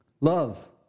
Love